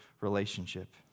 relationship